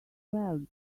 swell